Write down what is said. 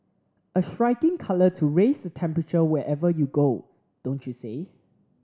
a striking colour to raise the temperature wherever you go don't you say